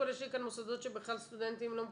קודם כול יש לי כאן מוסדות שבכלל סטודנטים לא מקבלים.